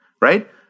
right